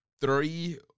Three